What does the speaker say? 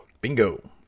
bingo